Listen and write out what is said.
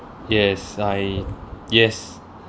yes I yes